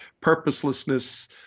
purposelessness